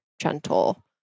gentle